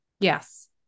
Yes